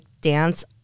dance